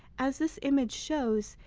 as this image shows,